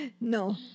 No